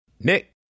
Nick